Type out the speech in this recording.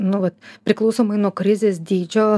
nu vat priklausomai nuo krizės dydžio